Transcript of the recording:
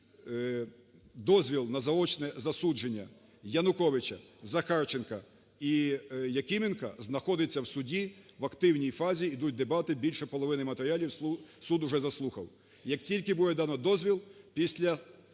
і дозвіл на заочне засудження Януковича, Захарченка і Якименка знаходиться в суді в активній фазі. Йдуть дебати, більше половини матеріалів суд уже заслухав. Як тільки буде дано дозвіл після